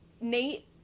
Nate